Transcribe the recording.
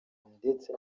ndetse